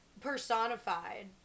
personified